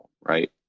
right